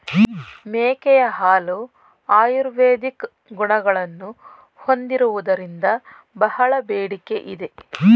ಮೇಕೆಯ ಹಾಲು ಆಯುರ್ವೇದಿಕ್ ಗುಣಗಳನ್ನು ಹೊಂದಿರುವುದರಿಂದ ಬಹಳ ಬೇಡಿಕೆ ಇದೆ